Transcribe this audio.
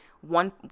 one